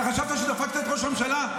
אתה חשבת שדפקת את ראש הממשלה,